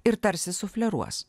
ir tarsi sufleruos